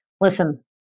Listen